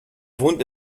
wohnt